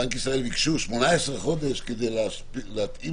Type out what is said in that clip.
הרעיון הוא שממש בשבועות הקרובים המערכת כבר תהיה מוכנה.